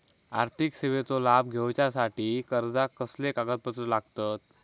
आर्थिक सेवेचो लाभ घेवच्यासाठी अर्जाक कसले कागदपत्र लागतत?